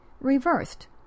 Reversed